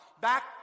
back